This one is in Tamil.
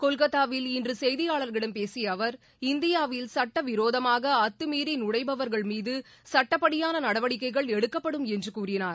கொல்கத்தாவில் இன்று செய்தியாளர்களிடம் பேசிய அவர் இந்தியாவில் சட்ட விரோதமாக அத்தமீறி நுழைபவர்கள் மீது சட்டப்படியான நடவடிக்கைகள் எடுக்கப்படும் என்று கூறினார்